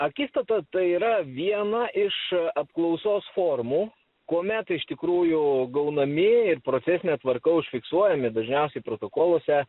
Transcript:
akistata tai yra viena iš apklausos formų kuomet iš tikrųjų gaunami ir procesine tvarka užfiksuojami dažniausiai protokoluose